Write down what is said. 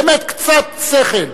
באמת, קצת שכל.